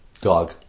dog